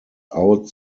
out